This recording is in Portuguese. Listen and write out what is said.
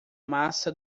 massa